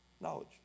knowledge